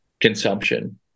consumption